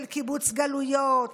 של קיבוץ גלויות,